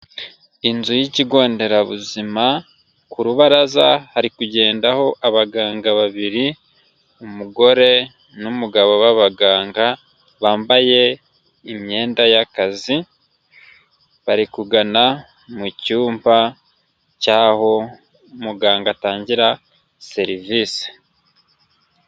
Inzu y'ikigo nderabuzima ku rubaraza hari kugendaho abaganga babiri umugore n'umugabo babaganga bambaye imyenda y'akazi, bari kugana mu cyumba cy'aho muganga atangira serivisi.